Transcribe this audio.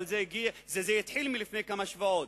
אבל זה התחיל לפני כמה שבועות.